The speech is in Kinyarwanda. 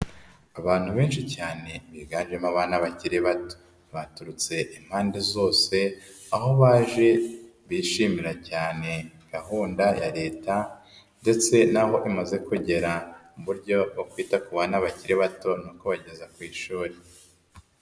Abantu benshi cyane biganjemo abana bakiri bato, baturutse impande zose, aho baje bishimira cyane gahunda ya Leta ndetse n'aho imaze kugera mu buryo bwokwita ku bana bakiri bato, no kubageza ku ishuri.